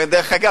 דרך אגב,